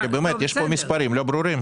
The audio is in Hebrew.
יש פה מספרים לא ברורים.